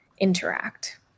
interact